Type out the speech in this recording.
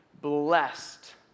blessed